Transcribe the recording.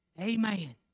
Amen